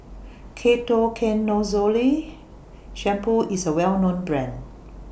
Ketoconazole Shampoo IS A Well known Brand